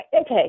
okay